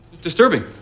disturbing